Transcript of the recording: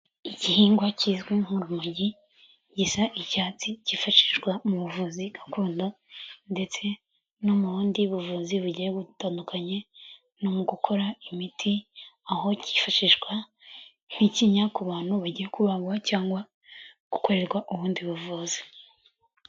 Igihingwa kizwi nk'urumogi gisa icyatsi cyifashishwa m'ubuvuzi gakondo ndetse no mu bundi buvuzi bugiye butandukanye no mu gukora imiti, aho kifashishwa nk'ikinya ku bantu bagiye kubagwa cyangwa gukorerwa ubundi buvuzi.